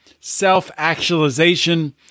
self-actualization